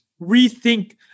rethink